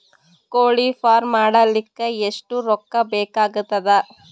ಕೋಳಿ ಫಾರ್ಮ್ ಮಾಡಲಿಕ್ಕ ಎಷ್ಟು ರೊಕ್ಕಾ ಬೇಕಾಗತದ?